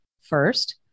First